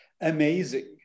amazing